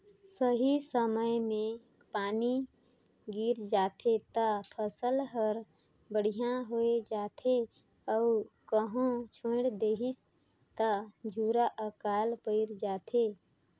सही समय मे पानी गिर जाथे त फसल हर बड़िहा होये जाथे अउ कहो छोएड़ देहिस त झूरा आकाल पइर जाथे